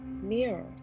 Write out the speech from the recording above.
mirror